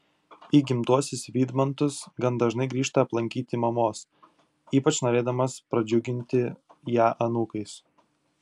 į gimtuosius vydmantus gan dažnai grįžta aplankyti mamos ypač norėdamas pradžiuginti ją anūkais